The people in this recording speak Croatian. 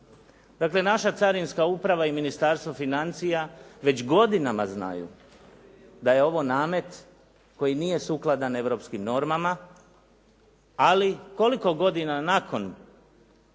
Dakle, naša Carinska uprava i Ministarstvo financija već godinama znaju da je ovo namet koji nije sukladan europskim normama, ali koliko godina nakon